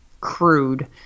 crude